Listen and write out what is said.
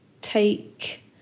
take